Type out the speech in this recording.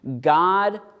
God